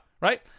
Right